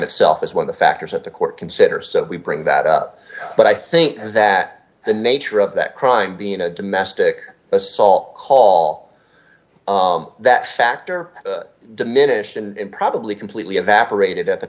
itself as one of the factors that the court considers that we bring that up but i think that the nature of that crime being a domestic assault call that factor diminished and probably completely evaporated at the